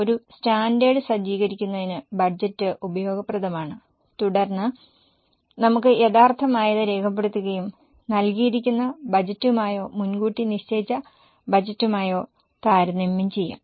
ഒരു സ്റ്റാൻഡേർഡ് സജ്ജീകരിക്കുന്നതിന് ബജറ്റ് ഉപയോഗപ്രദമാണ് തുടർന്ന് നമുക്ക് യഥാർത്ഥമായത് രേഖപ്പെടുത്തുകയും നൽകിയിരിക്കുന്ന ബജറ്റുമായോ മുൻകൂട്ടി നിശ്ചയിച്ച ബജറ്റുമായോ താരതമ്യം ചെയ്യാം